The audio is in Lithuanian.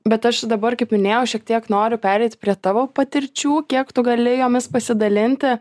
bet aš dabar kaip minėjau šiek tiek noriu pereit prie tavo patirčių kiek tu gali jomis pasidalinti